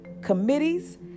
committees